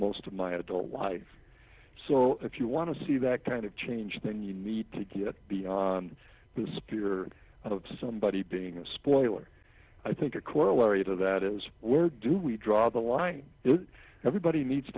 most of my adult life so if you want to see that kind of change then you need to get beyond the spirit of somebody being a spoiler i think a corollary to that is where do we draw the line is everybody needs